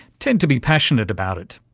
tend to be passionate about it.